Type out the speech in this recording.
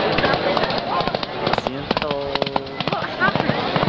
nothing lo siento what happened?